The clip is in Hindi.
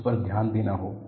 उस पर ध्यान देना होगा